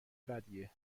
بدیه